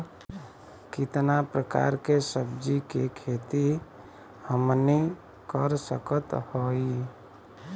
कितना प्रकार के सब्जी के खेती हमनी कर सकत हई?